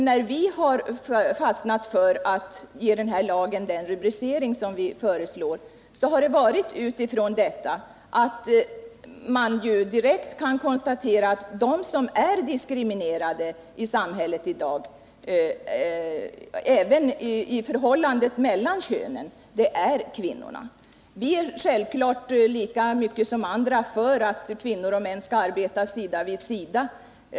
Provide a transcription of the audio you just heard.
När vi har fastnat för att ge lagen den rubricering som vi föreslår har det varit därför att man ju direkt kan konstatera att de som är diskriminerade i samhället i dag, även när det gäller förhållandet mellan könen, är just kvinnorna. Vpk är självfallet lika mycket som andra för att kvinnor och män skall arbeta sida vid sida.